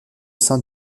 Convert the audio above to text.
sein